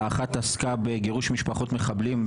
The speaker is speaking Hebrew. ההתנהלות שלכם בכל נושא שינוי כללי המשחק מהיסוד